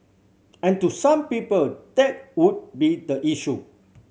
and to some people that would be the issue